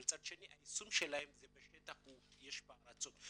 אבל מצד שני היישום בשטח יש פער עצום.